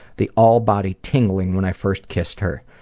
the all-body tingling when i first kissed her.